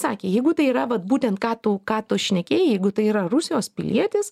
sakė jeigu tai yra vat būtent ką tu ką tu šnekėjai jeigu tai yra rusijos pilietis